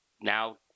now